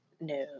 No